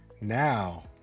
Now